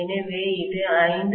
எனவே இது 5